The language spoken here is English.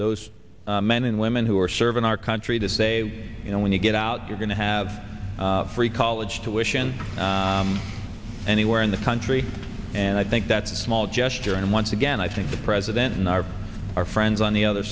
those men and women who are serving our country to say you know when you get out you're going to have free college tuition anywhere in the country and i think that's a small gesture and once again i think the president and i are our friends on the other